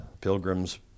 pilgrims